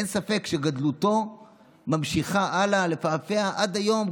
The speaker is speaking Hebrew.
אין ספק שגדלותו ממשיכה הלאה לפעפע עד היום,